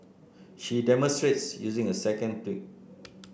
she demonstrates using a second tweet